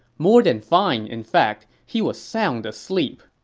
more than fine, in fact. he was sound asleep.